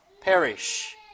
perish